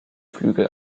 flügel